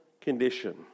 condition